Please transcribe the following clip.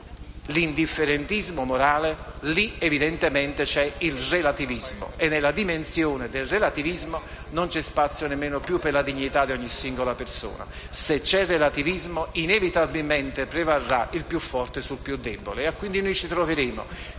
l'indifferentismo morale, lì evidentemente c'è il relativismo e, nella dimensione del relativismo, non c'è spazio nemmeno più per la dignità di ogni singola persona. Se c'è relativismo, inevitabilmente prevarrà il più forte sul più debole. E quindi noi ci troveremo